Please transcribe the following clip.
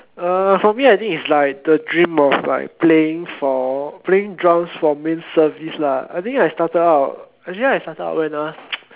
uh for me I think it's like the dream of like playing for playing drums for main service lah I think I started out actually I started out when ah